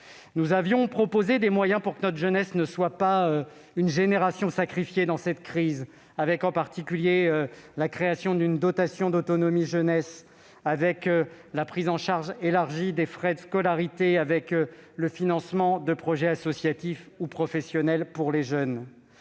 Nous avions également proposé des moyens pour que notre jeunesse ne soit pas une génération sacrifiée au sortir de cette crise : création d'une dotation d'autonomie jeunesse ; prise en charge élargie des frais de scolarité ; financement de projets associatifs ou professionnels pour les jeunes.